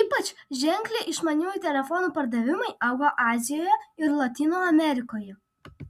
ypač ženkliai išmaniųjų telefonų pardavimai augo azijoje ir lotynų amerikoje